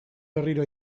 berriro